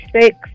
six